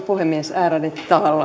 puhemies ärade